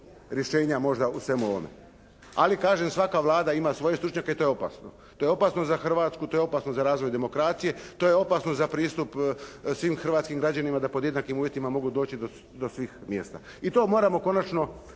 možda u svemu ovome. Ali kažem, svaka Vlada ima svoje stručnjake. To je opasno. To je opasno za Hrvatsku. To je opasno za razvoj demokracije. To je opasno za pristup svim hrvatskim građanima da pod jednakim uvjetima mogu doći do svih mjesta. I to moramo konačno